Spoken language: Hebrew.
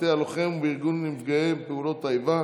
ובתי הלוחם ובארגון נפגעי פעולות האיבה,